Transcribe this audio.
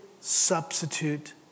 substitute